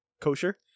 kosher